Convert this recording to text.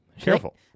Careful